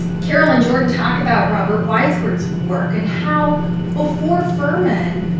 carol and jordan talk about robert weisberg's work, and how before furman,